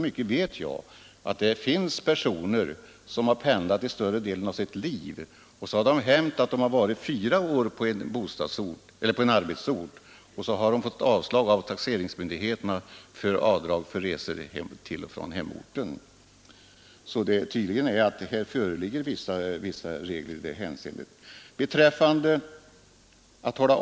Men det finns personer som har pendlat under större delen av sitt liv, och det har hänt att sedan de varit fyra år på en arbetsort har de fått avslag från taxeringsmyndigheterna på avdrag för resor till och från hemorten. Så det finns tydligen vissa regler i det hänseendet.